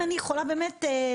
אם אני יכולה באמת לסכם,